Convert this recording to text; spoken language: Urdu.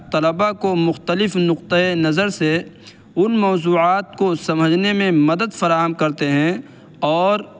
طلباء کو مختلف نقطۂ نظر سے ان موضوعات کو سمجھنے میں مدد فراہم کرتے ہیں اور